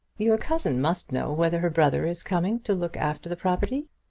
your cousin must know whether her brother is coming to look after the property?